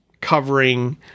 covering